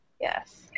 Yes